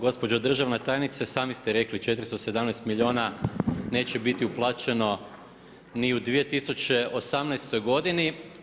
Gospođo državna tajnice i sami ste rekli 417 milijuna neće biti uplaćeno ni u 2018. godini.